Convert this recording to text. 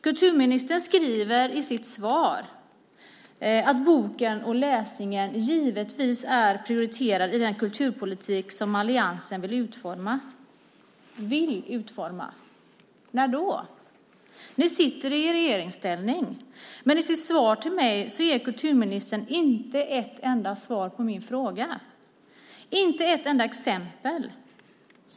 Kulturministern skriver i sitt svar att boken och läsningen givetvis är prioriterade i den kulturpolitik som alliansen vill utforma. Vill utforma! När då? Ni sitter i regeringsställning. I interpellationssvaret ger kulturministern inte ett enda svar på min fråga, inte ett enda exempel.